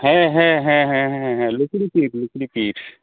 ᱦᱮᱸ ᱦᱮᱸ ᱦᱮᱸ ᱦᱮᱸ ᱦᱮᱸ ᱞᱩᱠᱲᱤ ᱯᱤᱲ ᱞᱩᱠᱲᱤ ᱯᱤᱲ